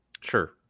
sure